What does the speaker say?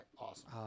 awesome